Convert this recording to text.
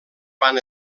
van